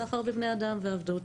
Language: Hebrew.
סחר בבני אדם ועבדות.